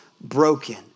broken